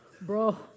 bro